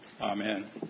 Amen